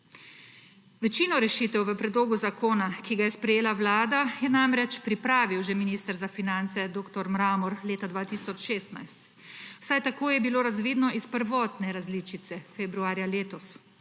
Večino rešitev v predlogu zakona, ki ga je sprejela Vlada, je namreč pripravil že minister za finance dr. Mramor leta 2016, vsaj tako je bilo razvidno iz prvotne različice februarja letos.